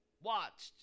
watched